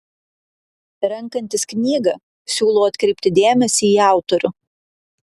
renkantis knygą siūlau atkreipti dėmesį į autorių